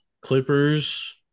Clippers